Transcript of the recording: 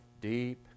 deep